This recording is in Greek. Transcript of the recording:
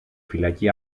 φυλακή